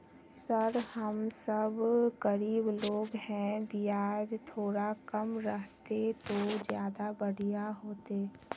sir हम सब गरीब लोग है तो बियाज थोड़ा कम रहते तो ज्यदा बढ़िया होते